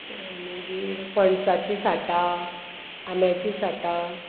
मागीर फणसाची साठां आंब्याची साठां